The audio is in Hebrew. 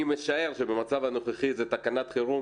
אני משער שבמצב הנוכחי זה תקנות חירום